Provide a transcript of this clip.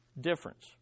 difference